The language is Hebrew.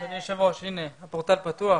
אדוני היושב ראש, הנה, הפורטל פתוח.